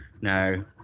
no